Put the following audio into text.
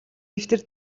дэвтэр